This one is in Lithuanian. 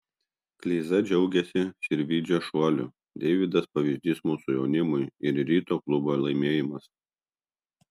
kleiza džiaugiasi sirvydžio šuoliu deividas pavyzdys mūsų jaunimui ir ryto klubo laimėjimas